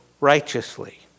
righteously